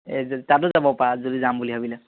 এই যে তাতো যাব পাৰা যদি যাম বুলি ভাবিলে